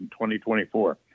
2024